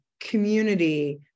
community